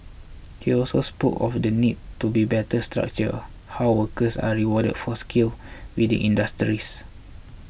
he also spoke of the need to be better structure how workers are rewarded for skills within industries